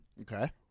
Okay